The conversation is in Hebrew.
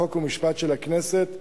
חוק ומשפט של הכנסת,